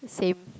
same